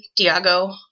Diago